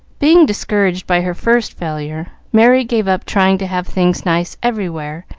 being discouraged by her first failure, merry gave up trying to have things nice everywhere,